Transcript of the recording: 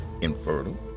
infertile